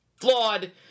flawed